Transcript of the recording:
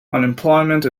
unemployment